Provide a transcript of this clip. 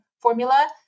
formula